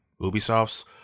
Ubisoft's